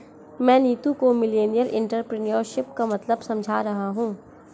मैं नीतू को millennial entrepreneurship का मतलब समझा रहा हूं